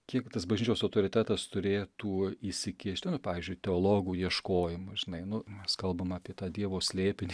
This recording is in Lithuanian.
kiek tas bažnyčios autoritetas turėtų įsikišt nu pavyzdžiui teologų ieškojimui žinai nu mes kalbam apie tą dievo slėpinį